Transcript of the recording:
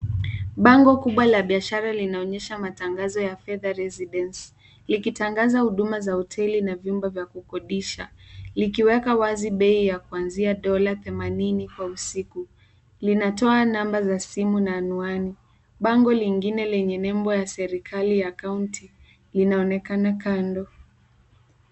Bango kubwa la biashara linaonyesha matangazo ya Fedha residence likitangaza huduma za hoteli na vyumba vya kukodisha likiweka wazi bei ya kuanzia dola themanini kwa usiku. linatoa namba za simu na anwani. Bango lingine lenye nembo ya serekali ya kaunti linaonekana kando.